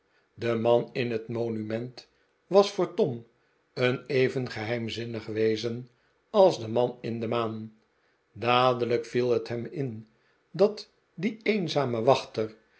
de man in het monument was voor tom een even geheimzinnig wezen als de man in de maan dadelijk viel het hem in dat die eenzame wachter